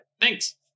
Thanks